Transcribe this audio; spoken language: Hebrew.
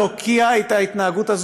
היו משרדי ממשלה שלא קיימו את החלטות הממשלה.